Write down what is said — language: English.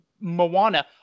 moana